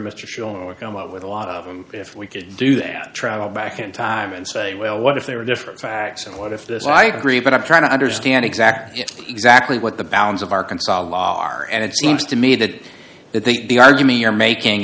mr show or come up with a lot of them if we could do that travel back in time and say well what if they were different facts and what if this i agree but i'm trying to understand exactly exactly what the bounds of arkansas law are and it seems to me that i think the argument you're making